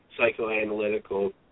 psychoanalytical